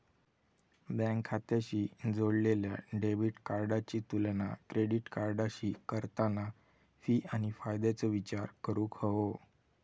bank खात्याशी जोडलेल्या debit कार्डाची तुलना क्रेडिट कार्डाशी करताना फी आणि फायद्याचो विचार करूक हवो